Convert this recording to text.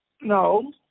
no